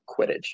Quidditch